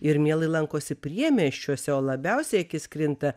ir mielai lankosi priemiesčiuose o labiausiai į akis krinta